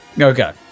Okay